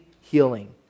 healing